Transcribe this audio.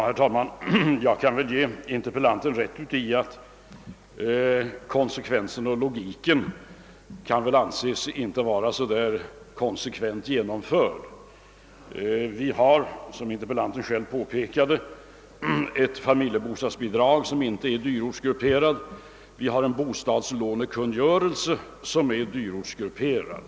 Herr talman! Jag kan ge interpellanten rätt i att logiken inte är så konse kvent genomförd. Som interpellanten själv påpekade har vi ett familjebostadsbidrag som inte är dyrortsgrupperat, men vi har en bostadslånekungörelse, som är dyrortsgrupperad.